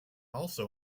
also